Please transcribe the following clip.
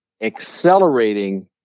accelerating